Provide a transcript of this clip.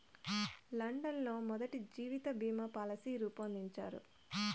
London లో మొదటి జీవిత బీమా పాలసీ రూపొందించారు